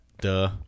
Duh